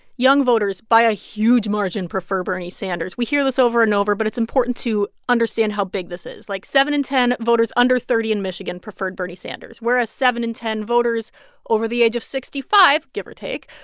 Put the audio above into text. young voters, by a huge margin, prefer bernie sanders. we hear this over and over, but it's important to understand how big this is. like, seven in ten voters under thirty in michigan preferred bernie sanders, whereas seven in ten voters over the age of sixty five, give or take,